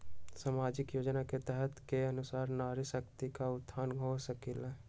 सामाजिक योजना के तहत के अनुशार नारी शकति का उत्थान हो सकील?